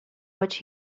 which